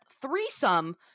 threesome